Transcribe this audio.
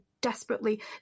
desperately